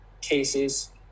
cases